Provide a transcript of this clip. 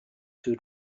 two